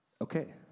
okay